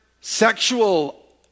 sexual